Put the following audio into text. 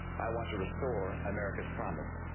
i want to restore america's promise,